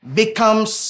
becomes